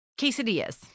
Quesadillas